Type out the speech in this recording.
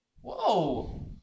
Whoa